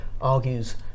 argues